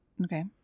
Okay